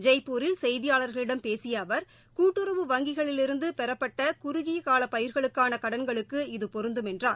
ஜெய்பூரில் செய்தியாளர்களிடம் பேசிய அவர் கூட்டுறவு வங்கிகளிலிருந்து பெறப்பட்ட குறுகியகால பயிர்களுக்கான கடன்களுக்கு இது பொருந்தும் என்றார்